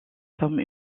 comme